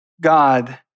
God